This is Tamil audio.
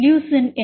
லியூசின் என்ன